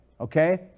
okay